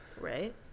Right